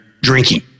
drinking